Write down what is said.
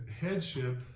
headship